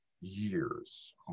years